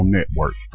Network